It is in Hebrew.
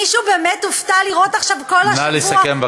מישהו באמת הופתע לראות עכשיו, כל השבוע, נא לסכם.